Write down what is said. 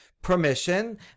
permission